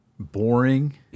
Boring